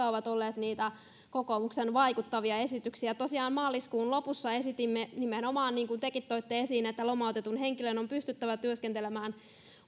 ovat olleet niitä kokoomuksen vaikuttavia esityksiä tosiaan maaliskuun lopussa esitimme nimenomaan niin kuin tekin toitte esiin että lomautetun henkilön olisi pystyttävä työskentelemään